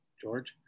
George